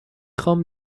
خوام